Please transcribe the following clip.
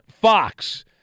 Fox